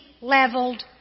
leveled